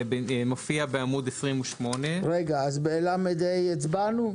זה מופיע בסעיף 14מ בעמוד 28. על סעיף 14לה הצבענו?